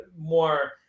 more